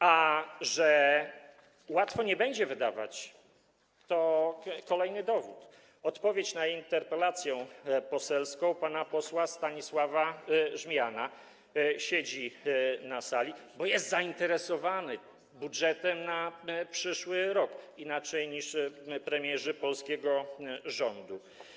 A że nie będzie łatwo wydawać, to kolejny dowód - odpowiedź na interpelację poselską pana posła Stanisława Żmijana, który siedzi tu na sali, bo jest zainteresowany budżetem na przyszły rok, inaczej niż premierzy polskiego rządu.